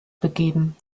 begeben